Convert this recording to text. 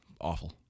Awful